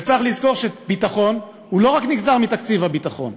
וצריך לזכור שביטחון לא נגזר רק מתקציב הביטחון.